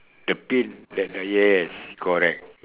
the pain that the yes correct